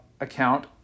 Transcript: account